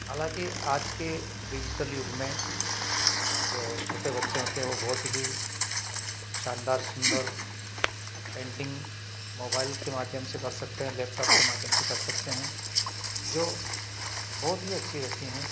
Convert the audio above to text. हालाँकि आज के डिजिटल युग में जो छोटे बच्चे होते हैं वो बहुत ही शानदार सुंदर पेंटिंग मोबाइल के माध्यम से कर सकते हैं लैपटॉप के माध्यम से कर सकते हैं जो बहुत ही अच्छी व्यक्ति हैं